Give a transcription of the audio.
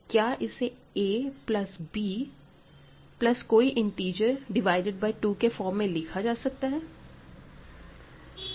क्या इसे a plus कोई इंटीजर डिवाइडेड बाय टू के फॉर्म में लिख सकते हैं